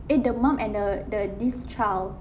eh the mom and the the this child